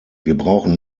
brauchen